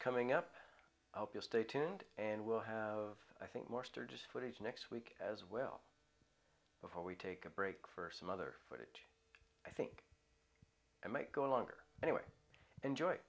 coming up i hope you'll stay tuned and we'll have i think more sturgis footage next week as well before we take a break for some other foot i think i might go longer anyway enjoy